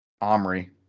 Omri